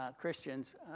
Christians